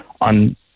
on